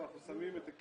אנחנו שמים היקף